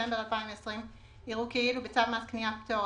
בדצמבר 2020) יראו כאילו בצו מס קניה (פטור),